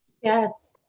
yes.